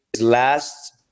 last